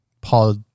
Paul